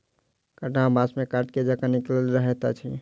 कंटहा बाँस मे काँट जकाँ निकलल रहैत अछि